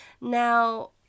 Now